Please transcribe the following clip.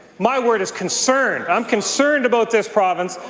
my word is concerned. i'm concerned about this province.